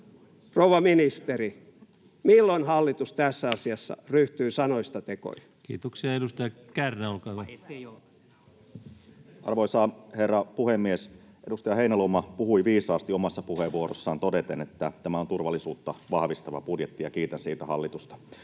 Rouva ministeri: milloin hallitus tässä asiassa ryhtyy sanoista tekoihin? Kiitoksia. — Edustaja Kärnä, olkaa hyvä. Arvoisa herra puhemies! Edustaja Heinäluoma puhui viisaasti omassa puheenvuorossaan todeten, että tämä on turvallisuutta vahvistava budjetti, ja kiitän siitä hallitusta.